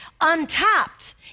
untapped